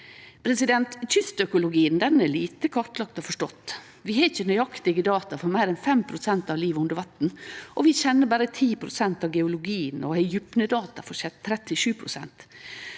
Kystøkologien er lite kartlagd og forstått. Vi har ikkje nøyaktige data for meir enn 5 pst. av livet under vatn, vi kjenner berre 10 pst. av geologien og har djupnedata for 37